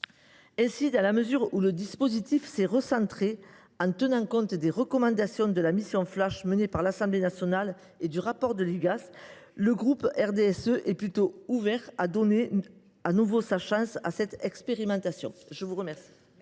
Aussi, dans la mesure où le dispositif a été recentré en tenant compte des recommandations de la mission flash menée par l’Assemblée nationale et du rapport de l’Igas, le groupe du RDSE est plutôt ouvert à donner une nouvelle chance à cette expérimentation. La parole